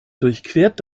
durchquert